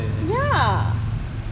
ya